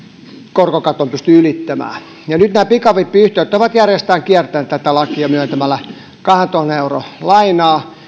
korkokaton pystyi ylittämään nyt nämä pikavippiyhtiöt ovat järjestään kiertäneet tätä lakia myöntämällä kahdentuhannen euron lainaa